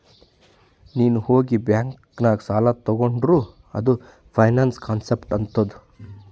ನೀ ಹೋಗಿ ಬ್ಯಾಂಕ್ ನಾಗ್ ಸಾಲ ತೊಂಡಿ ಅಂದುರ್ ಅದು ಫೈನಾನ್ಸ್ ಕಾನ್ಸೆಪ್ಟ್ ಆತ್ತುದ್